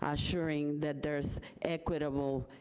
assuring that there's equitable